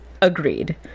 agreed